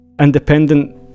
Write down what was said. independent